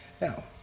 Now